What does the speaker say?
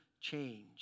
change